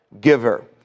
giver